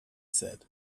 said